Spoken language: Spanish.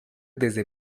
desde